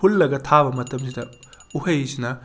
ꯍꯨꯜꯂꯒ ꯊꯥꯕ ꯃꯇꯝꯁꯤꯗ ꯎꯍꯩꯁꯤꯅ